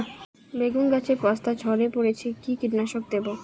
বেগুন গাছের পস্তা ঝরে পড়ছে কি কীটনাশক দেব?